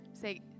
Say